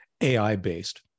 AI-based